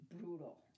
brutal